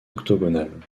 octogonal